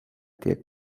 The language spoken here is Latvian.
tiek